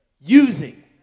using